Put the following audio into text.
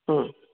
ಹ್ಞೂ